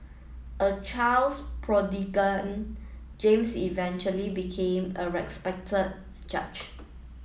a child prodigy James eventually became a respected judge